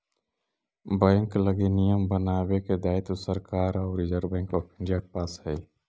bank लगी नियम बनावे के दायित्व सरकार आउ रिजर्व बैंक ऑफ इंडिया के पास हइ